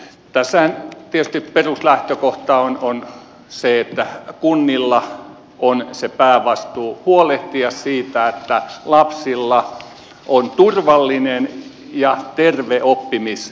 tässähän tietysti peruslähtökohta on se että kunnilla on se päävastuu huolehtia siitä että lapsilla on turvallinen ja terve oppimisympäristö